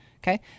Okay